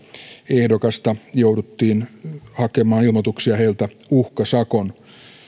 ehdokkaalta jouduttiin hakemaan ilmoituksia uhkasakon